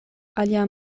alia